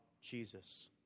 Jesus